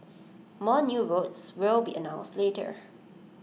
more new routes will be announced later